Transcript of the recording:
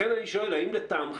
לכן אני שואל האם לטעמכם,